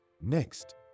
Next